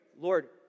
Lord